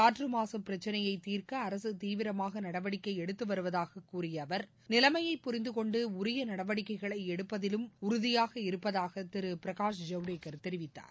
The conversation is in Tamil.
காற்று மாசு பிரச்சினையை தீர்க்க அரசு தீவிரமாக நடவடிக்கை எடுத்து வருவதாக கூறிய அவர் நிலைளமயை புரிந்து கொண்டு உரிய நடவடிக்கைகளை எடுப்பதிலும் உறுதியாக இருப்பதாக திரு பிரகாஷ் ஜவ்டேகர் தெரிவித்தார்